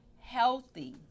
healthy